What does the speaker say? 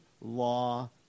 Law